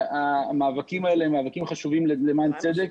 המאבקים האלה הם מאבקים חשובים למען הצדק